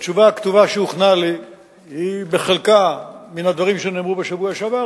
התשובה הכתובה שהוכנה לי היא בחלקה מן הדברים שנאמרו בשבוע שעבר.